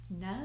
No